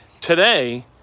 today